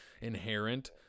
inherent